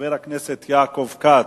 חבר הכנסת יעקב כץ,